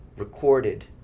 Recorded